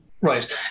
Right